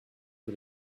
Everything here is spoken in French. que